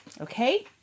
Okay